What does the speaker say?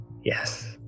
yes